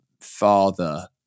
father